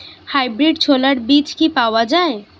Hybrid ছোলার বীজ কি পাওয়া য়ায়?